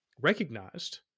recognized